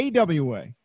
AWA